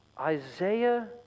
Isaiah